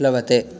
प्लवते